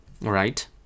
Right